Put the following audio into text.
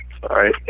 Sorry